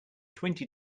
twenty